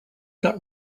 not